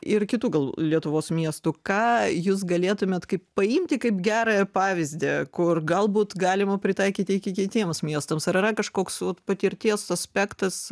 ir kitų gal lietuvos miestų ką jūs galėtumėt kaip paimti kaip gerą pavyzdį kur galbūt galima pritaikyti kitiems miestams ar yra kažkoks vat patirties aspektas